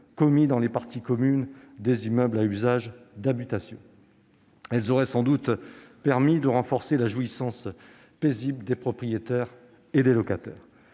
commis dans les parties communes des immeubles à usage d'habitation. Elles auraient sans doute permis de renforcer la jouissance paisible des propriétaires et locataires.